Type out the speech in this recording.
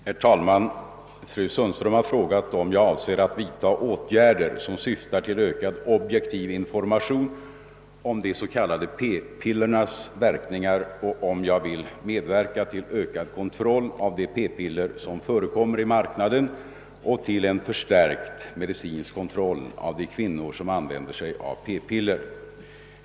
Herr talman! Fru Sundström har frågat om jag avser att vidta åtgärder som syftar till ökad objektiv information om de s.k. p-pillernas verkningar och om jag vill medverka till ökad kontroll av de p-piller som förekommer i marknaden och till en förstärkt medicinsk kontroll av de kvinnor som använder p-piller.